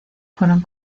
fueron